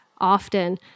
often